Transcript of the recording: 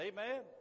Amen